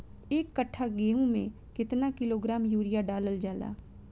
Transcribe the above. एक कट्टा गोहूँ में केतना किलोग्राम यूरिया डालल जाला?